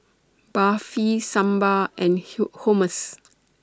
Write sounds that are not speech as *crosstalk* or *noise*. Barfi Sambar and *hesitation* Hummus